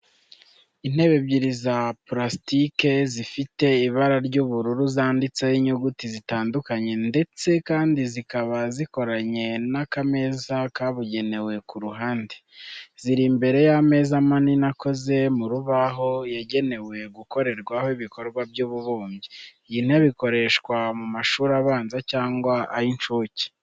Intebe ebyiri za purasitike zifite ibara ry'ubururu zanditseho inyuguti zitandukanye, ndetse kandi zikaba zikoranye n’akameza kabugenewe ku ruhande. Ziri imbere y'ameza manini akoze mu rubaho, yagenewe gukorerwaho ibikorwa by'ububumbyi. Iyi ntebe ikoreshwa mu mashuri abanza cyangwa ay'incuke.